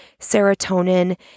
serotonin